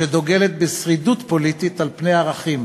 שדוגלת בשרידות פוליטית על פני ערכים,